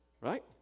Right